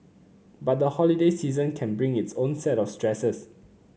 but the holiday season can bring its own set of stresses